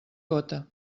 gota